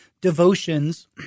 devotions